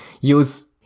use